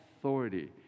authority